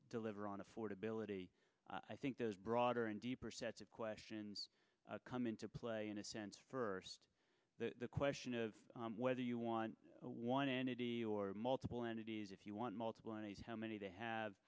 deliver on affordability i think those broader and deeper sets of questions come into play in a sense for the question of whether you want one entity or multiple entities if you want multiple and how many they have